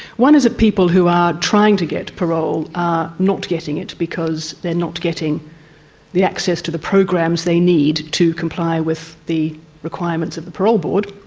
one is that people who are trying to get parole are not getting it because they are not getting the access to the programs they need to comply with the requirements of the parole board.